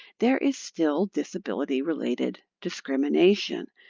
there is still disability-related discrimination.